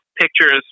pictures